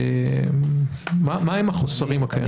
מה הם החוסרים הקיימים?